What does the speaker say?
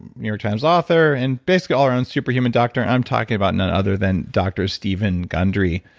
new york times author, and basically all our own superhuman doctor i'm talking about none other than dr. steven gundry.